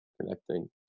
Connecting